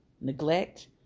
neglect